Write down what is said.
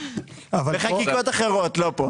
בחקיקות אחרות, לא פה.